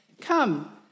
come